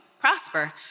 prosper